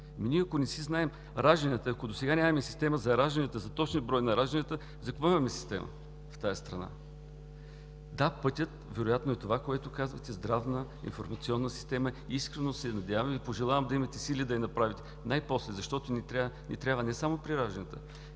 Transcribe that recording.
ние не си знаем ражданията, ако досега нямаме система за ражданията, за точния брой на ражданията, за какво имаме система в тази страна? Да, пътят вероятно е това, което казвате – Здравна информационна система. Искрено се надявам и Ви пожелавам да имате сили да я направите най-после! Защото тя ни трябва не само при ражданията,